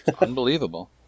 Unbelievable